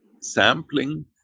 sampling